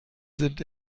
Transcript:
sind